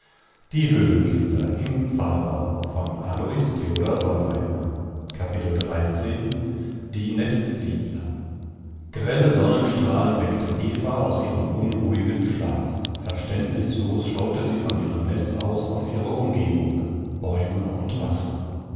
lager die nestsiedler grelle sonnenstrahlen weckten eva aus ihrem unruhigen schlaf verständnislos schaute sie von ihrem nest aus auf ihre umgebung bäume und wasser